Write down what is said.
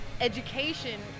education